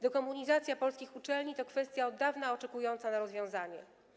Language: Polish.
Dekomunizacja polskich uczelni to kwestia od dawna oczekująca na rozwiązanie.